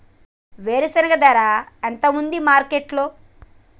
వేరుశెనగ ధర ఎంత ఉంది మార్కెట్ లో?